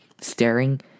staring